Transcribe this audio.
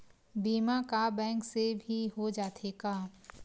बीमा का बैंक से भी हो जाथे का?